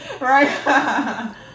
Right